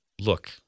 Look